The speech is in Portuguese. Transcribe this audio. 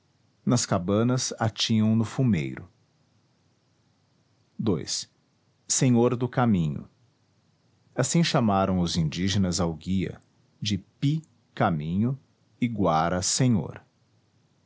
nas cabanas a tinham no fumeiro ii senhor do caminho assim chamaram os indígenas ao guia de py caminho e guara senhor